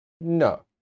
No